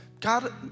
God